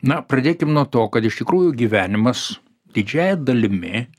na pradėkim nuo to kad iš tikrųjų gyvenimas didžiąja dalimi